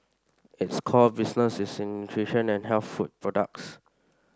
its core business is in nutrition and health food products